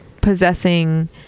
possessing